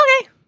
okay